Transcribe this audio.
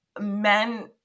men